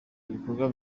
ibikorwa